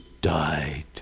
died